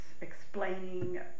explaining